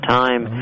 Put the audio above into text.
time